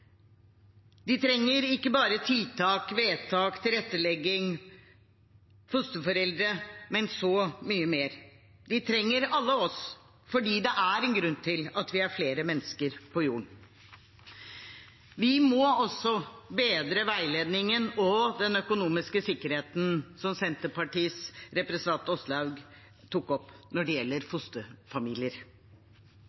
trenger ikke bare tiltak, vedtak, tilrettelegging, fosterforeldre, men så mye mer. Vi trenger alle oss fordi det er en grunn til at vi er flere mennesker på jorden. Vi må også bedre veiledningen og den økonomiske sikkerheten – som Senterpartiets representant Åslaug Sem-Jacobsen tok opp – når det gjelder